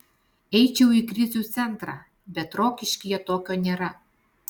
eičiau į krizių centrą bet rokiškyje tokio nėra